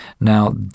now